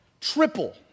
triple